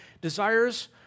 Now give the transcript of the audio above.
desires